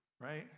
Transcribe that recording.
Right